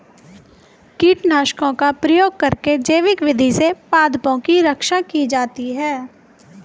कीटनाशकों का प्रयोग करके जैविक विधि से पादपों की रक्षा की जाती है